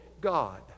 God